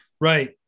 Right